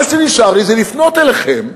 מה שנשאר לי זה לפנות אליכם: